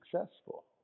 successful